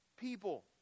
people